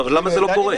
למה זה לא קורה?